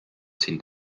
sind